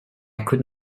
could